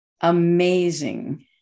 amazing